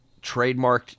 trademarked